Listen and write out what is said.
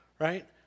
right